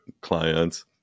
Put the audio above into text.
clients